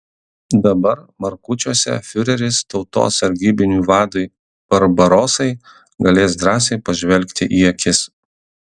dabar markučiuose fiureris tautos sargybinių vadui barbarosai galės drąsiai pažvelgti į akis